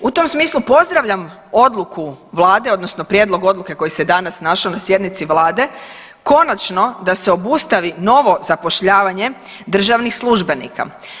U tom smislu pozdravljam odluku Vlade, odnosno prijedlog odluke koji se danas našao na sjednici Vlade, konačno da se obustavi novo zapošljavanje državnih službenika.